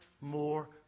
more